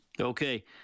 okay